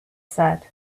said